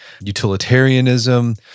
utilitarianism